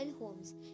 homes